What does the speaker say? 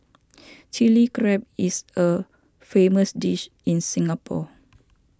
Chilli Crab is a famous dish in Singapore